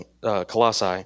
Colossae